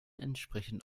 entsprechend